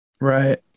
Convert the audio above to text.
Right